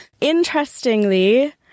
Interestingly